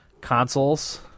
consoles